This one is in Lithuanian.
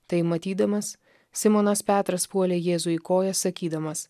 tai matydamas simonas petras puolė jėzui į kojas sakydamas